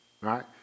right